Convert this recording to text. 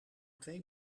twee